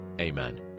Amen